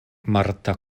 marta